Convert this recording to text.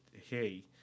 hey